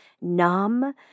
numb